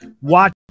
watch